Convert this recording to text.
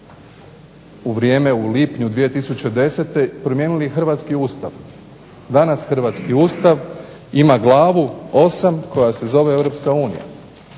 u vrijeme u lipnju 2010. promijenili i hrvatski Ustav. Danas hrvatski Ustav ima Glavu VIII koja se zove